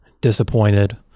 disappointed